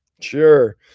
Sure